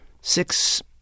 six